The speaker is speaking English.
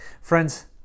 Friends